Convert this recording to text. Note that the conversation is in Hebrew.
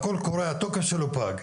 הקול קורא התוקף שלו פג,